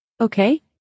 Okay